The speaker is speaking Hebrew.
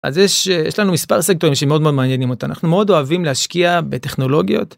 אז יש יש לנו מספר סקטורים שמאוד מאוד מעניינים אותנו אנחנו מאוד אוהבים להשקיע בטכנולוגיות.